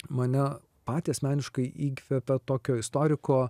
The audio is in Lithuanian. mane patį asmeniškai įkvepia tokio istoriko